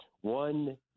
One